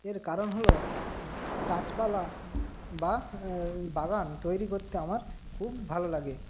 এর কারণ হলো গাছপালা বা বাগান তৈরি করতে আমার খুব ভালো লাগে